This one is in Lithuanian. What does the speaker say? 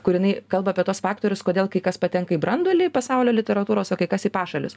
kur jinai kalba apie tuos faktorius kodėl kai kas patenka į branduolį pasaulio literatūros o kai kas į pašalius